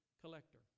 collector